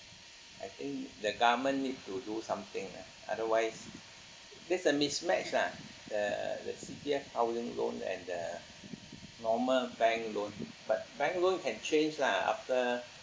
I think the government need to do something lah otherwise there's a mismatch ah the the C_P_F housing loan and the normal bank loan but bank loan can change lah after